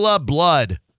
Blood